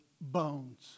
bones